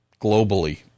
globally